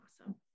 Awesome